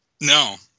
no